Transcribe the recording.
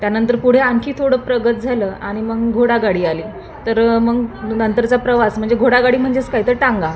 त्यानंतर पुढे आणखी थोडं प्रगत झालं आणि मग घोडागाडी आली तर मग नंतरचा प्रवास म्हणजे घोडागाडी म्हणजेच काय तर टांगा